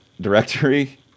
directory